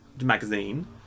magazine